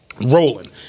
Rolling